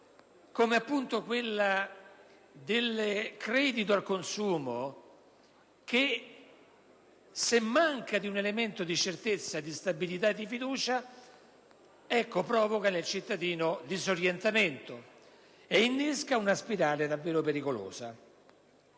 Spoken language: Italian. come quella del credito al consumo, appunto: se in essa manca un elemento di certezza, di stabilità e di fiducia, ciò provoca nel cittadino disorientamento e innesca una spirale davvero pericolosa.